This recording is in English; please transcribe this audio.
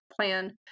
plan